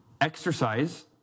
Exercise